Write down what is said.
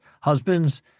Husbands